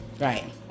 Right